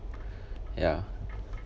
ya